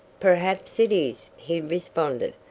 perhaps it is, he responded,